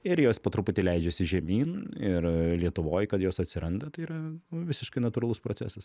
ir jos po truputį leidžiasi žemyn ir lietuvoj kad jos atsiranda tai yra visiškai natūralus procesas